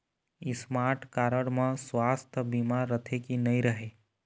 Smart card म सुवास्थ बीमा रथे की नई रहे?